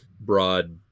broad